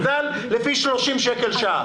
לפי 30 שקל לשעה.